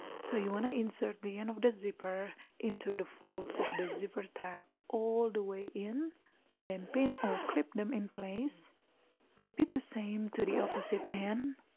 so you want to insert the end of the zipper into the fold of the zipper tab all the way in and then pin or clip them in place repeat repeat the same to the opposite end